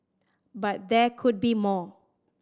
but there could be more